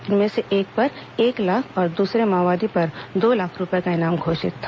इनमें से एक पर एक लाख और दूसरे माओवादी पर दो लाख रूपए का इनाम घोषित था